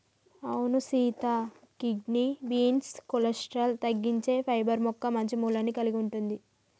అవును సీత kidney beans cholesterol తగ్గించే పైబర్ మొక్క మంచి మూలాన్ని కలిగి ఉంటుంది